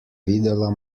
videla